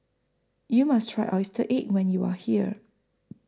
YOU must Try Oyster Cake when YOU Are here